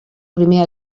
primer